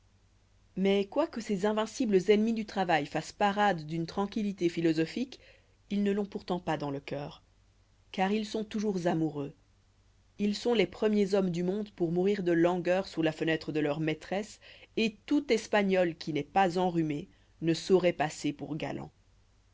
mais quoique ces invincibles ennemis du travail fassent parade d'une tranquillité philosophique ils ne l'ont pourtant pas dans le cœur car ils sont toujours amoureux ils sont les premiers hommes du monde pour mourir de langueur sous la fenêtre de leurs maîtresses et tout espagnol qui n'est pas enrhumé ne sauroit passer pour galant